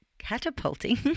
catapulting